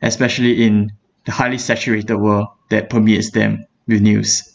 especially in the highly saturated world that permits them the news